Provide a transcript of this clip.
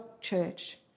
church